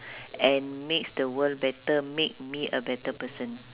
and makes the world better make me a better person